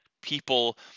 people